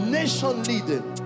nation-leading